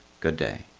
good day.